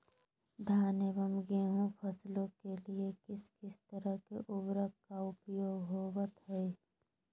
धान एवं गेहूं के फसलों के लिए किस किस तरह के उर्वरक का उपयोग होवत है?